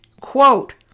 quote